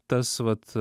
tas vat